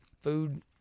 food